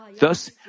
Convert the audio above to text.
Thus